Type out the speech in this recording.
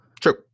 True